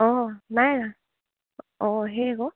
অঁ নাই অঁ সেই আ ক'